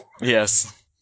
Yes